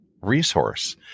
resource